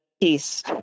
peace